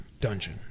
dungeon